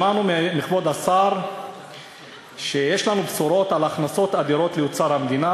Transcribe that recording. שמענו מכבוד השר שיש לנו בשורות על הכנסות אדירות לאוצר המדינה.